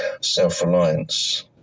self-reliance